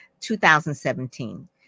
2017